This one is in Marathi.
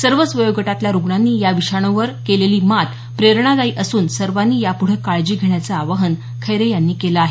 सर्वच वयोगटातल्या रुग्णांनी या विषाणूवर केलेली मात प्रेरणादायी असून सर्वांनी यापुढे काळजी घेण्याचं आवाहन खैरे यांनी केलं आहे